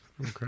Okay